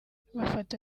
bafata